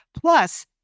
plus